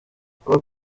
kuba